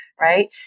right